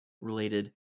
related